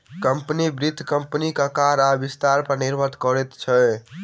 company, वित्त कम्पनीक आकार आ विस्तार पर निर्भर करैत अछि